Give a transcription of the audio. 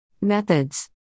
Methods